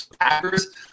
Packers